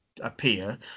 appear